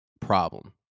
problem